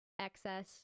excess